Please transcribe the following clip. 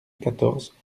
quatorze